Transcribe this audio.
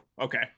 okay